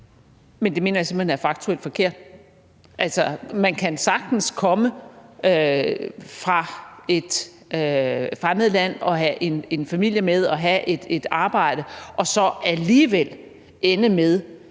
Det mener jeg simpelt hen er faktuelt forkert. Man kan sagtens komme fra et fremmed land og have en familie med og have et arbejde og så alligevel ende med